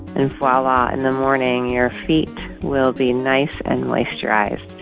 and voila. in the morning, your feet will be nice and moisturized.